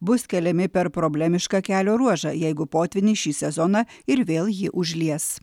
bus keliami per problemišką kelio ruožą jeigu potvynis šį sezoną ir vėl jį užlies